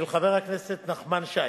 של חבר הכנסת נחמן שי